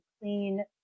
clean